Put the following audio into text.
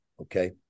okay